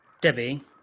Debbie